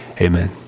Amen